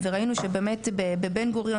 בפריפריה,